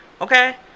Okay